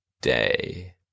day